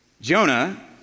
Jonah